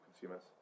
consumers